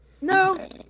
No